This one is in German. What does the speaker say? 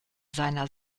seiner